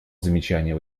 замечание